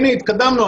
הנה התקדמנו,